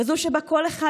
כזאת שבה כל אחד,